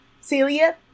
celia